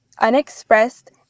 unexpressed